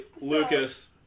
Lucas